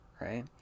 right